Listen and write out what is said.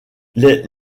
les